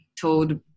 told